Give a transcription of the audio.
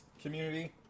community